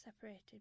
separated